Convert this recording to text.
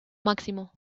máximo